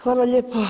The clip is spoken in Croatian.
Hvala lijepa.